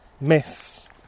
myths